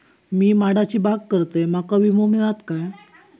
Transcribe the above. मी माडाची बाग करतंय माका विमो मिळात काय?